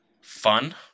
fun